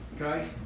Okay